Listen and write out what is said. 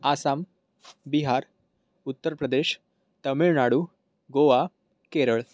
Assam Bihar Uttar Pradesh Tamil Nadu Goa Kerala